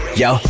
yo